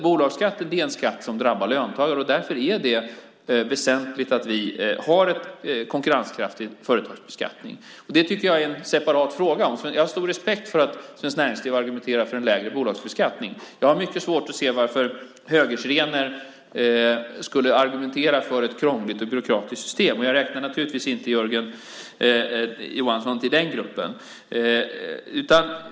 Bolagsskatten är en skatt som drabbar löntagare. Därför är det väsentligt att vi har en konkurrenskraftig företagsbeskattning. Det är en separat fråga. Jag har stor respekt för att Svenskt Näringsliv argumenterar för en lägre bolagsbeskattning. Jag har mycket svårt att se varför högersirener skulle argumentera för ett krångligt och byråkratiskt system. Jag räknar naturligtvis inte Jörgen Johansson till den gruppen.